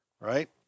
right